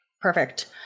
Perfect